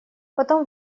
потом